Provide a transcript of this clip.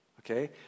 Okay